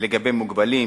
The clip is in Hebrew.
לגבי מוגבלים.